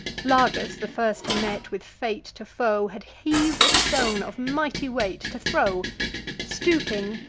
lagus, the first he met, with fate to foe, had heav'd a stone of mighty weight, to throw stooping,